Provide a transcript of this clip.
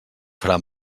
farà